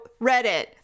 Reddit